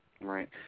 Right